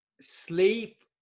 sleep